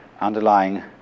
underlying